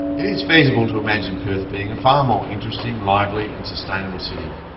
it is feasible to imagine perth being a far more interesting, lively and sustainable city.